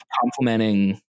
complimenting